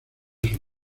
sus